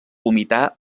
vomitar